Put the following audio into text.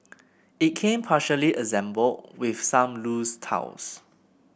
it came partially assembled with some loose tiles